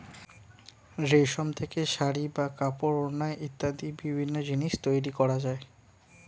রেশম থেকে শাড়ী বা কাপড়, ওড়না ইত্যাদি বিভিন্ন জিনিস তৈরি করা যায়